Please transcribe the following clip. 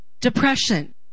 Depression